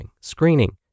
screening